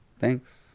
thanks